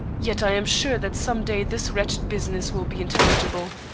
yet i am sure that some day this wretched business will be intelligible.